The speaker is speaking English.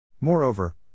Moreover